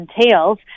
entails